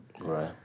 Right